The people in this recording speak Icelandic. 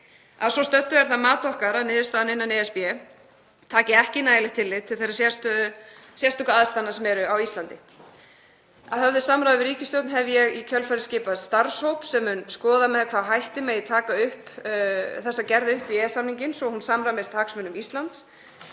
Að svo stöddu er það mat okkar að niðurstaðan innan ESB taki ekki nægilegt tillit til þeirra sérstöku aðstæðna sem eru á Íslandi. Að höfðu samráði við ríkisstjórn hef ég í kjölfarið skipað starfshóp sem mun skoða með hvaða hætti megi taka upp þessa gerð upp í EES-samninginn svo hún samræmist hagsmunum Íslands,